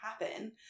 happen